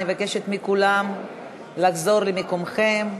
אני מבקשת מכולם לחזור למקומות.